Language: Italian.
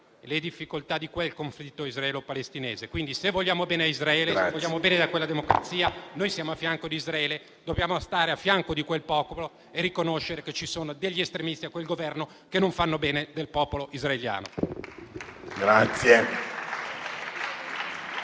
le difficoltà del conflitto israelo-palestinese. Quindi, se vogliamo bene a Israele, se vogliamo bene a quella democrazia, dobbiamo essere al suo fianco. Dobbiamo stare a fianco di quel popolo e riconoscere che ci sono degli estremisti in quel Governo che non fanno il bene del popolo israeliano.